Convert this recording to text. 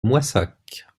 moissac